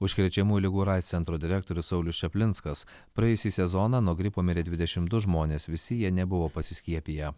užkrečiamų ligų ir aids centro direktorius saulius čaplinskas praėjusį sezoną nuo gripo mirė dvidešim du žmonės visi jie nebuvo pasiskiepiję